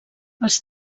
els